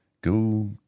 go